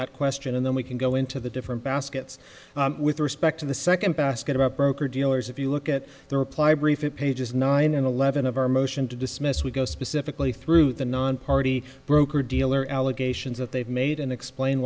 that question and then we can go into the different baskets with respect to the second basket about broker dealers if you look at the reply brief it pages nine and eleven of our motion to dismiss we go specifically through the nonparty broker dealer allegations that they've made and explain